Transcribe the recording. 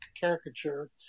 caricature